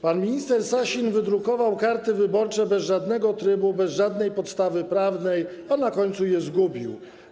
Pan minister Sasin wydrukował karty wyborcze bez żadnego trybu, bez żadnej podstawy prawnej, a na końcu je zgubił.